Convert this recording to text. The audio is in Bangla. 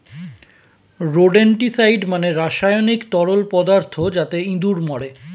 রোডেনটিসাইড মানে রাসায়নিক তরল পদার্থ যাতে ইঁদুর মরে